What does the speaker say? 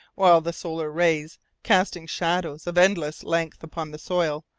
while the solar rays, casting shadows of endless length upon the soil,